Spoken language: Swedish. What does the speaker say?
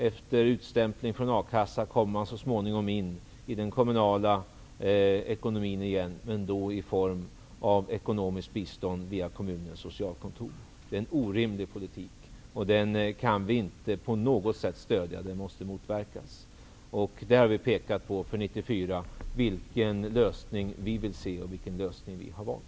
Efter utstämpling från a-kassan kommer de så småningom in i den kommunala ekonomin igen, men då i form av ekonomiskt bistånd via kommunens socialkontor. Det är en orimlig politik som vi inte på något sätt kan stödja, utan den måste motverkas. För 1994 har vi pekat på vilken lösning vi vill se och vilken lösning vi har valt.